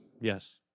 Yes